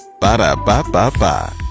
Ba-da-ba-ba-ba